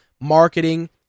marketing